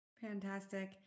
Fantastic